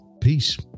peace